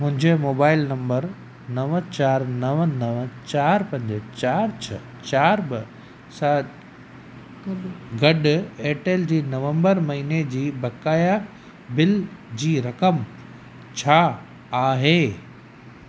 मुंहिंजे mobile number नव चारि नव नव चारि पंज चारि छह चारि ॿ सां ॻॾु एयरटेल जी नवंबर महीने जी बकाया बिल जी रक़म छा आहे